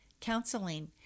counseling